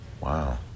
Wow